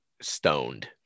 Stoned